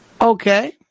Okay